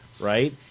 right